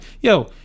yo